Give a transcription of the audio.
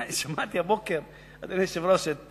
שמעתי הבוקר, אדוני היושב-ראש, את